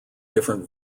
different